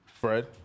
Fred